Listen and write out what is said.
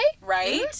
Right